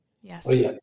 Yes